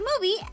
movie